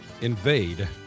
invade